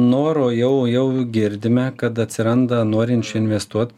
noro jau jau girdime kad atsiranda norinčių investuot